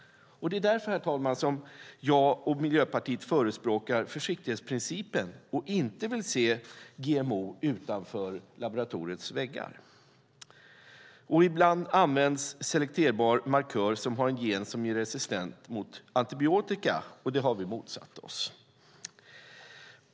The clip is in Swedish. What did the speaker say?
Det är därför, herr talman, som jag och Miljöpartiet förespråkar försiktighetsprincipen och inte vill se GMO utanför laboratoriets väggar. Ibland används en selekterbar markör som har en gen som ger resistens mot antibiotika, och det har vi motsatt oss.